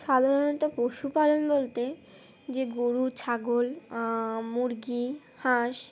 সাধারণত পশুপালন বলতে যে গরু ছাগল মুরগি হাঁস